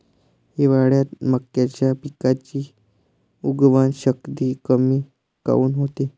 हिवाळ्यात मक्याच्या पिकाची उगवन शक्ती कमी काऊन होते?